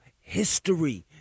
history